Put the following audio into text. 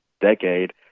decade